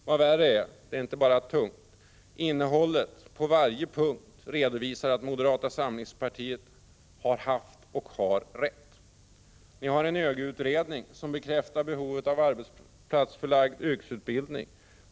Vad värre är, det är inte bara tungt, innehållet på varje punkt redovisar att moderata samlingspartiet har haft och har rätt. Ni har en ÖGY-utredning som bekräftar behovet av arbetsplatsförlagd yrkesutbildning.